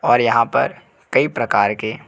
और यहाँ पर कई प्रकार के